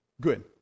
Good